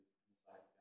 inside